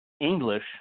English